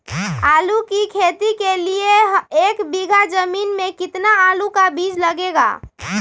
आलू की खेती के लिए एक बीघा जमीन में कितना आलू का बीज लगेगा?